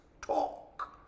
Talk